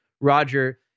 Roger